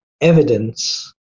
evidence